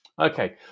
Okay